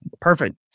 perfect